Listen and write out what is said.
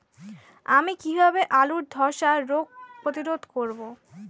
আমি কিভাবে আলুর ধ্বসা রোগ প্রতিরোধ করব?